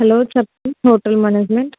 hello చెప్పం hotel management